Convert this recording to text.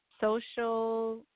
social